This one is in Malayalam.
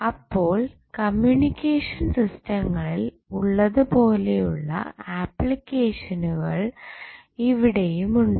അപ്പോൾ കമ്മ്യൂണിക്കേഷൻ സിസ്റ്റങ്ങളിൽ ഉള്ളതുപോലെയുള്ള ആപ്ലിക്കേഷനുകൾ ഇവിടെയുമുണ്ട്